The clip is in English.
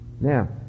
Now